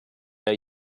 der